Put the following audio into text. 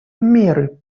меры